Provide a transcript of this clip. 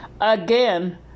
Again